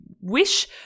wish